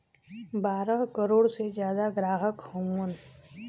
बारह करोड़ से जादा ग्राहक हउवन